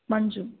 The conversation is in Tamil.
மஞ்சு